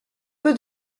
peu